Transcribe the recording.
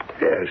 Yes